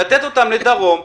לתת אותם לדרום,